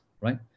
right